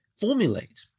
formulate